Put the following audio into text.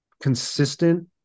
consistent